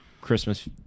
Christmas